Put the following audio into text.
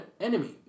enemy